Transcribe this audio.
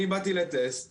אני באתי לטסט